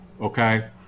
Okay